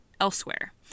elsewhere